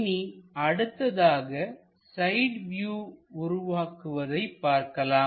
இனி அடுத்ததாக side view உருவாக்குவதை பார்க்கலாம்